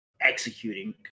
executing